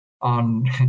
on